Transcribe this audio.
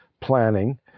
planning